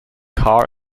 car